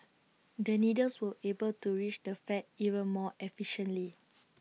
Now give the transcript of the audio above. the needles will be able to reach the fat even more efficiently